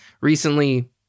recently